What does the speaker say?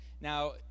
Now